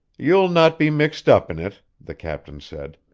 you'll not be mixed up in it, the captain said.